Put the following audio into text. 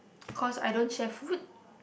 cause I don't share food